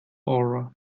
aura